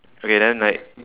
okay then like